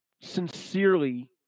sincerely